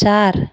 चार